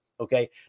Okay